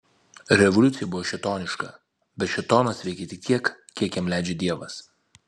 revoliucija buvo šėtoniška bet šėtonas veikia tik tiek kiek jam leidžia dievas